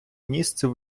місце